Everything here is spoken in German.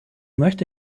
möchte